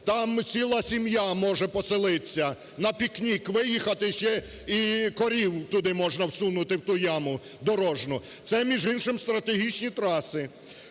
Там ціла сім'я може поселиться, на пікнік виїхати, ще і корів туди можна всунути в ту яму дорожну. Це, між іншим, стратегічні траси.